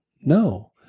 No